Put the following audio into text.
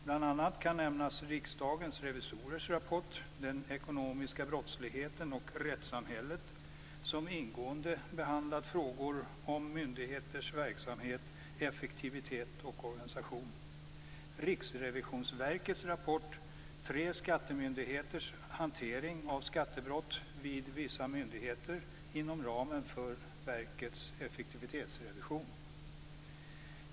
Bl.a. kan nämnas Riksdagens revisorers rapport, Den ekonomiska brottsligheten och rättssamhället, som ingående behandlat frågor om myndigheters verksamhet, effektivitet och organisation och Riksrevisionsverkets rapport Tre skattemyndigheters hantering av skattebrott vid vissa myndigheter inom ramen för verkets effektivitetsrevision.